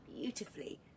beautifully